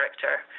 Character